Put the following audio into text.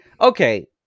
okay